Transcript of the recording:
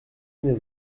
neuf